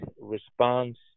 response